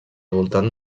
voltant